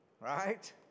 right